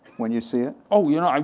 when you see it? oh, you know,